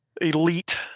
elite